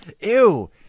Ew